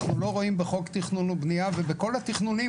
אנחנו לא רואים בחוק תכנון ובנייה ובכל התכנונים,